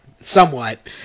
somewhat